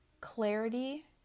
clarity